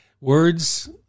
Words